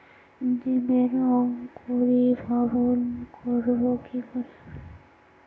বীজের অঙ্কুরিভবন করব কি করে?